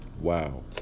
wow